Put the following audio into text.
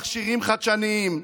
מכשירים חדשניים,